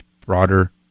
broader